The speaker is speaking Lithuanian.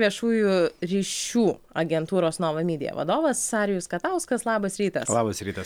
viešųjų ryšių agentūros nova mydija vadovas arijus katauskas labas rytas labas rytas